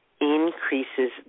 increases